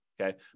Okay